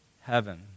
heaven